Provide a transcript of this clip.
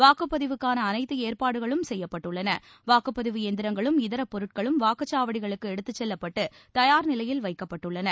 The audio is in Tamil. வாக்குப்பதிவுக்கான அனைத்து ஏற்பாடுகளும் செய்யப்பட்டுள்ளன வாக்குப்பதிவு எந்திரங்களும் இதரப்பொருட்களும் வாக்குச் சாவடிகளுக்கு எடுத்துச் செல்லப்பட்டு தயார் நிலையில் வைக்கப்பட்டுள்ளன